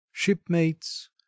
Shipmates